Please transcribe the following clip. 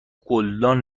گلدان